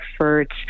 efforts